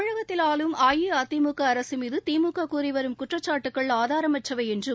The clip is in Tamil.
தமிழகத்தில் ஆளும் அஇஅதிமுக அரசு மீது திமுக கூறிவரும் குற்றச்சாட்டுக்கள் ஆதாரமற்றவை என்றும்